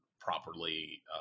properly